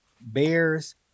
Bears